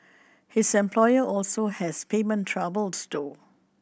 his employer also has payment troubles though